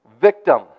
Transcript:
victim